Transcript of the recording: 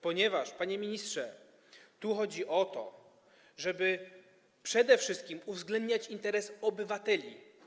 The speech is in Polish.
Panie ministrze, tu chodzi o to, żeby przede wszystkim uwzględniać interes obywateli.